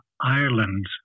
Ireland